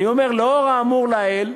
אני אומר: לאור האמור לעיל,